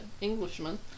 Englishman